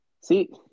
see